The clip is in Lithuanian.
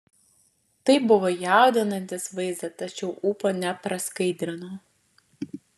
tai buvo jaudinantis vaizdas tačiau ūpo nepraskaidrino